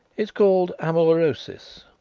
it's called amaurosis.